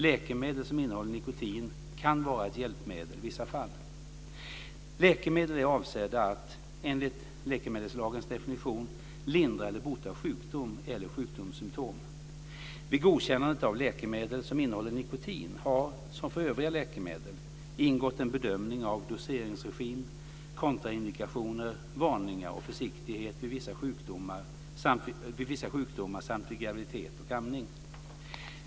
Läkemedel som innehåller nikotin kan vara ett hjälpmedel i vissa fall. Läkemedel är avsedda att, enligt läkemedelslagens definition, lindra eller bota sjukdom eller sjukdomssymtom. Vid godkännandet av läkemedel som innehåller nikotin har, som för övriga läkemedel, ingått en bedömning av doseringsregim, kontraindikationer, maningar till försiktighet vid vissa sjukdomar samt vid graviditet och amning.